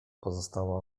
pozostała